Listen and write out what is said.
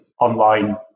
online